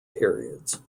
periods